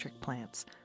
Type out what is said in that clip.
plants